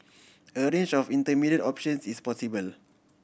a range of intermediate options is possible